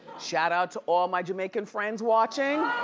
shout out to all my jamaican friends watching.